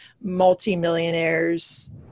multi-millionaires